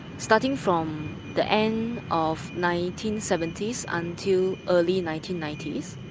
starting from the end of nineteen seventy s until early nineteen ninety s.